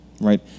right